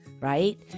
right